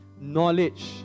Knowledge